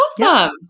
awesome